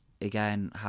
again